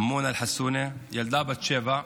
אמינה אלחסוני, ילדה בת שבע.